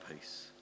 peace